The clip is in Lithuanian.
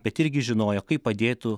bet irgi žinojo kaip padėtų